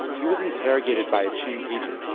he was interrogated by a qing agent.